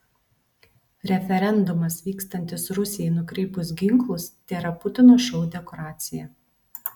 referendumas vykstantis rusijai nukreipus ginklus tėra putino šou dekoracija